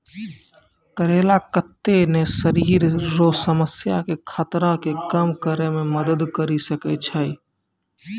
करेला कत्ते ने शरीर रो समस्या के खतरा के कम करै मे मदद करी सकै छै